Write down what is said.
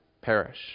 perish